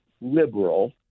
liberal